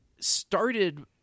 started